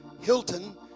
Hilton